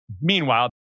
Meanwhile